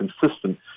consistent